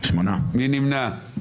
מי נמנע?